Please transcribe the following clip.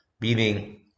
Meaning